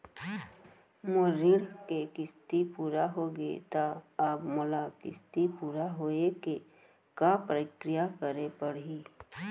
मोर ऋण के किस्ती पूरा होगे हे ता अब मोला किस्ती पूरा होए के का प्रक्रिया करे पड़ही?